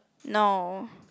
no